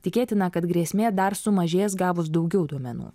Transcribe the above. tikėtina kad grėsmė dar sumažės gavus daugiau duomenų